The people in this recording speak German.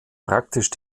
praktisch